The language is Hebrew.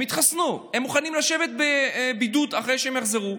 הם התחסנו, הם מוכנים לשבת בבידוד אחרי שהם יחזרו,